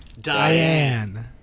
diane